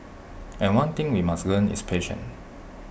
and one thing we must learn is patience